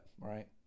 right